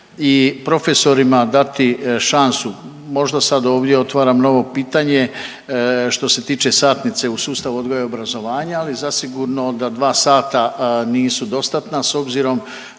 i profesorima dati šansu. Možda sad ovdje otvaram novo pitanje što se tiče satnice u sustavu odgoja i obrazovanja, ali zasigurno da dva sata nisu dostatna s obzirom